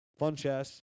Funchess